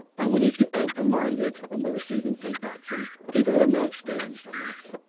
and we need to be open-minded when we receive feedback from people who are more experienced on this.